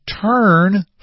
turn